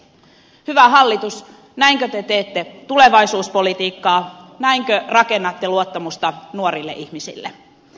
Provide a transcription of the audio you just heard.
hyvä hallitus näinkö te teette tulevaisuuspolitiikkaa näinkö rakennatte luottamusta nuorille ihmisille